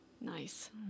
Nice